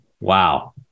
Wow